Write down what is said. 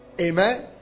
Amen